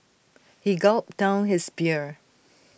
he gulped down his beer